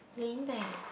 lean back